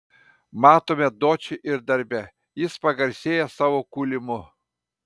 matome dočį ir darbe jis pagarsėja savo kūlimu